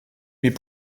mais